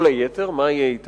כל היתר, מה יהיה אתם?